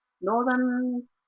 Northern